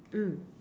mm